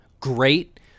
great